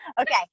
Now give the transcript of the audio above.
Okay